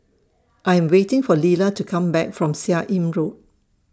I Am waiting For Lila to Come Back from Seah Im Road